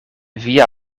via